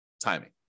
timing